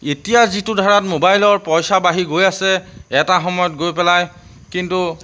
এতিয়া যিটো ধাৰাত মোবাইলৰ পইচা বাঢ়ি গৈ আছে এটা সময়ত গৈ পেলাই কিন্তু